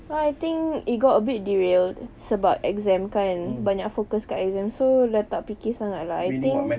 so I think it got a bit derailed sebab exam kan banyak focus dekat exam so dah tak fikir sangat lah like I think